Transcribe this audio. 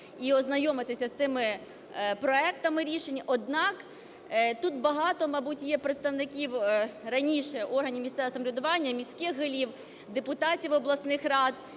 і ознайомитися з тими проектами рішень. Однак тут багато, мабуть, є представників раніше органів місцевого самоврядування і міських голів, депутатів обласних рад.